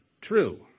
True